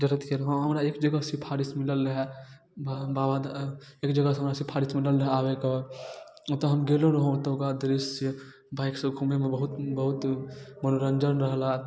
जरूरत कि हँ हमरा एक जगह सिफारिश मिलल रहै बाबाधाम एक जगहसँ हमरा सिफारिश मिलल रहै आबैके ओतऽ हम गेलो रहौँ ओतुका दृश्य बाइकसँ घुमैमे बहुत बहुत मनोरञ्जन रहला